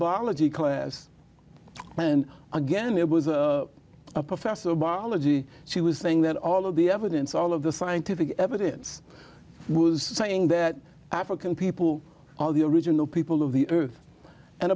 g class and again it was a professor of biology she was saying that all of the evidence all of the scientific evidence saying that african people are the original people of the earth and